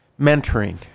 mentoring